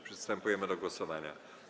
Przystępujemy do głosowania.